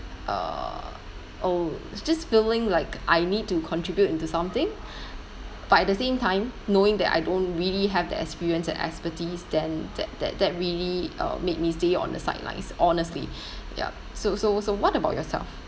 uh oh it's just feeling like I need to contribute into something but at the same time knowing that I don't really have the experience and expertise then that that that really uh made me stay on the sidelines honestly yup so so so what about yourself